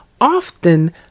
often